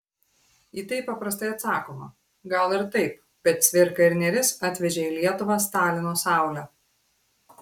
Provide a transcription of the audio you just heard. į tai paprastai atsakoma gal ir taip bet cvirka ir nėris atvežė į lietuvą stalino saulę